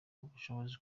ubushobozi